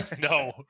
No